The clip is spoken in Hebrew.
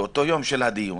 באותו יום של הדיון,